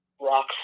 rock